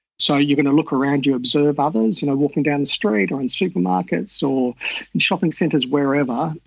so you're going to look around you, observe others you know walking down the street or in supermarkets or in shopping centres, wherever,